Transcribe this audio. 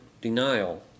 denial